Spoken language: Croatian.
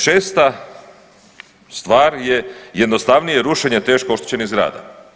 Šesta stvar je jednostavnije rušenje teško oštećenih zgrada.